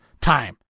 time